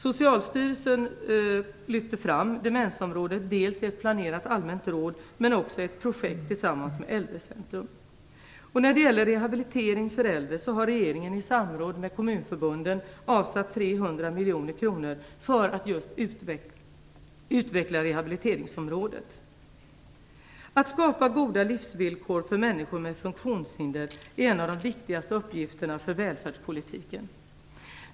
Socialstyrelsen lyfter fram demensområdet dels i ett planerat allmänt råd, dels i ett projekt tillsammans med Äldrecentrum. När det gäller rehabilitering för äldre har regeringen i samråd med kommunförbunden avsatt 300 miljoner kronor för att just utveckla rehabliteringsområdet. Att skapa goda livsvillkor för människor med funktionshinder är en av de viktigaste uppgifterna för välfärdspolitiken.